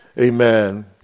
amen